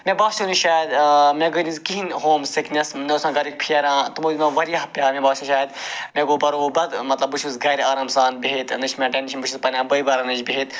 مےٚ باسیو نہٕ شاید مےٚ گٔے نہٕ کِہیٖنۍ ہوم سِکنٮ۪س نہ اوس مےٚ گَریُک پھیران تِم ٲسۍ دِوان واریاہ پیار مےٚ باسیو شاید مےٚ گوٚو بروبَد مَطلَب بہٕ چھُس گَرِ آرام سان بِہِتھ نہ چھُ مےٚ ٹٮ۪نشَن بہٕ چھُس پنٛنٮ۪ن بٲے بارنٮ۪ن نِش بِہِتھ